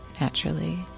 naturally